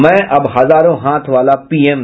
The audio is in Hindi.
मैं अब हजारों हाथ वाला पीएम